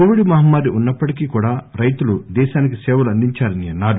Covid మహమ్మారి ఉన్నప్పటికి కూడా రైతులు దేశానికి సేవలు అందించారని అన్నారు